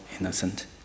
innocent